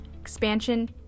expansion